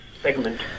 segment